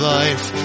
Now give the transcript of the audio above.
life